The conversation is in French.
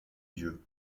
dieu